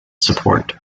support